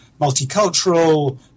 multicultural